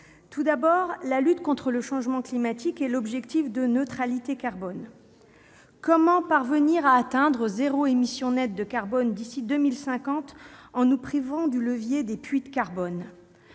points. D'abord, la lutte contre le changement climatique et l'objectif de neutralité carbone. Comment atteindre zéro émission nette de carbone d'ici à 2050 en nous privant du levier des puits de carbone ?